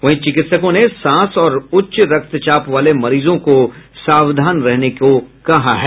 वहीं चिकित्सकों ने सांस और उच्च रक्तचाप वाले मरीजों को सावधान रहने को कहा है